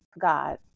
God